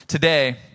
Today